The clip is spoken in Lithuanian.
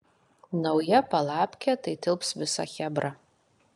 nauja palapkė tai tilps visa chebra